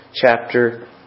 chapter